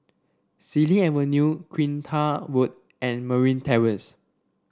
Xilin Avenue Kinta Road and Marine Terrace